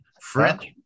French